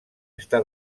està